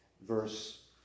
verse